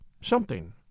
something